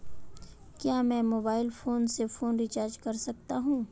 क्या मैं mobile phone से फोन रिचार्ज कर सकता हूं?